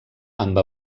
amb